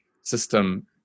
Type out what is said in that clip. system